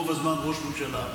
רוב הזמן ראש ממשלה.